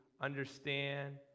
Understand